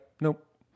nope